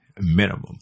minimum